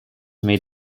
made